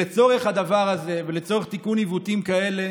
לצורך הדבר הזה ולצורך תיקון עיוותים כאלה